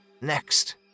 Next